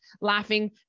laughing